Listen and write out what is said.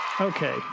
Okay